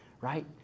right